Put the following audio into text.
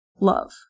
Love